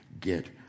get